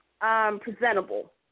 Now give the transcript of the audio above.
presentable